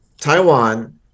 taiwan